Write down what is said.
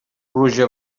pluja